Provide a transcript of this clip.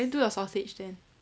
then do your sausage then